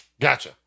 Gotcha